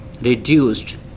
reduced